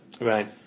Right